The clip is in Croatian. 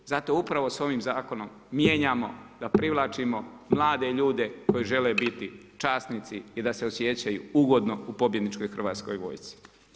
Zato upravo sa ovim zakonom mijenjamo da privlačimo mlade ljude koji žele biti časnici i da se osjećaju ugodno u pobjedničkoj Hrvatskoj vojsci.